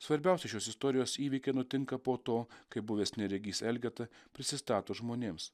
svarbiausi šios istorijos įvykiai nutinka po to kai buvęs neregys elgeta prisistato žmonėms